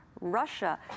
Russia